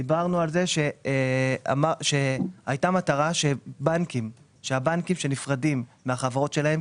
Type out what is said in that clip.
דיברנו על כך שהייתה מטרה שהבנקים שנפרדים מהחברות שלהם,